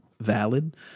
valid